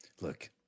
Look